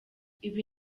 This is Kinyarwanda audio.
ibi